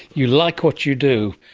you like what you do.